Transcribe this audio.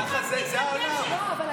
זה העולם.